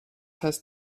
heißt